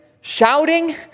shouting